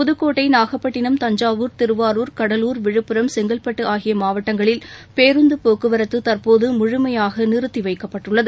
புதக்கோட்டை நாகப்பட்டினம் தஞ்சாவூர் திருவாரூர் கடலூர் விழுப்புரம் செங்கற்பட்டு ஆகிய மாவட்டங்களில் பேருந்து போக்குவரத்து தற்போது முழுமையாக நிறத்திவைக்கப்பட்டுள்ளது